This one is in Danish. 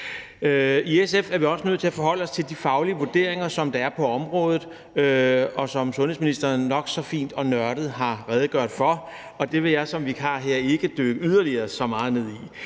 I SF er vi også nødt til at forholde os til de faglige vurderinger, som der er på området, og som sundhedsministeren nok så fint og nørdet har redegjort for, og det vil jeg som vikar her ikke dykke så meget